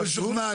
הוא כבר משוכנע,